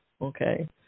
okay